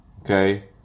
Okay